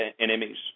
enemies